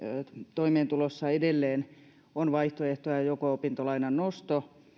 toimeentulossa on edelleen vaihtoehtona joko opintolainan nosto